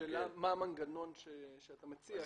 השאלה מה המנגנון שאתה מציע.